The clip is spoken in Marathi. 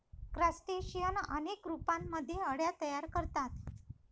क्रस्टेशियन अनेक रूपांमध्ये अळ्या तयार करतात